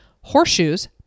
Horseshoes